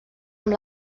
amb